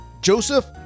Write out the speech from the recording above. Joseph